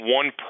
one